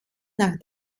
nach